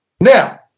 Now